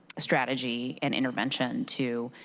strategy and intervention to